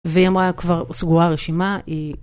והיא אמרה כבר סגורה הרשימה היא...